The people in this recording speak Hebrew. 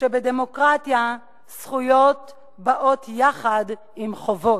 שבדמוקרטיה זכויות באות יחד עם חובות.